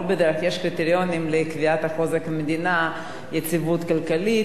יש קריטריונים לקביעת חוזק המדינה: יציבות כלכלית,